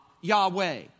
Yahweh